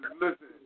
listen